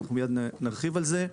ואנחנו מיד נרחיב על זה.